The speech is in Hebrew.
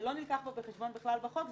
שלא נלקח בחשבון בכלל בחוק,